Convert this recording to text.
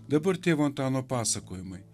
dabar tėvo antano pasakojimai